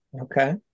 okay